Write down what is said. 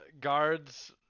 guards